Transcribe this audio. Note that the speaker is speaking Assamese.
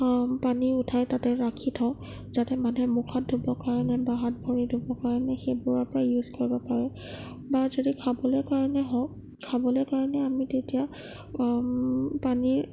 পানী উঠাই তাতে ৰাখি থওঁ যাতে মানুহে মুখ হাত ধুবৰ কাৰণে বা হাত ভৰি ধুবৰ কাৰণে সেইবোৰৰ পৰা ইউজ কৰিব পাৰে বা যদি খাবলৈ কাৰণে হওক খাবলৈ কাৰণে আমি তেতিয়া পানীৰ